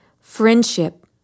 Friendship